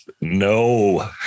No